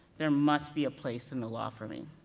there must be a place in the law for me.